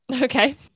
Okay